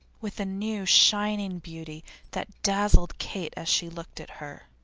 with a new shining beauty that dazzled kate as she looked at her.